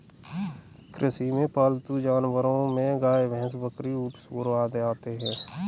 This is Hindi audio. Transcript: कृषि में पालतू जानवरो में गाय, भैंस, बकरी, ऊँट, सूअर आदि आते है